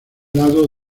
lado